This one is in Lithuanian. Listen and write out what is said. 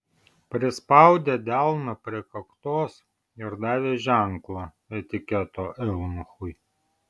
prispaudė delną prie kaktos ir davė ženklą etiketo eunuchui